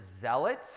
zealot